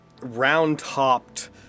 round-topped